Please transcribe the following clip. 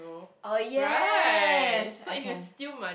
oh yes I can